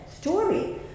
story